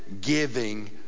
giving